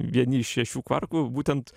vieni iš šešių kvarkų būtent